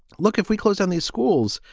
look, if we closed down these schools,